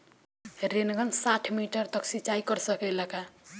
Rain gun साठ metre तक सिचाई कर सकेला का?